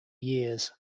years